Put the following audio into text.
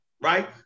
right